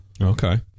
Okay